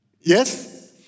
Yes